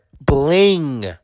bling